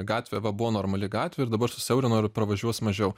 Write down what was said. gatvė va buvo normali gatvė ir dabar susiaurino ir pravažiuos mažiau